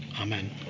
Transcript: amen